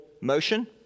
motion